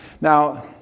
Now